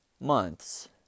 months